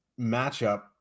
matchup